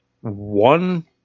one